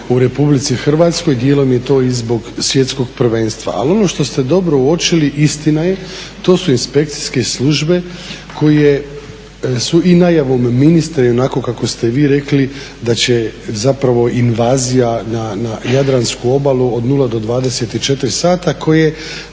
u RH. Dijelom je to i zbog Svjetskog prvenstva. Ali ono što ste dobro uočili, istina je, to su inspekcijske službe koje su i najavom ministra i onako kako ste vi rekli da će zapravo invazija na jadransku obalu od 0-24h koje